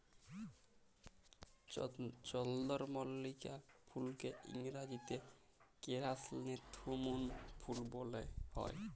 চলদরমল্লিকা ফুলকে ইংরাজিতে কেরাসনেথেমুম ফুল ব্যলা হ্যয়